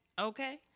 Okay